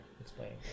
explaining